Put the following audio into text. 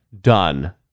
done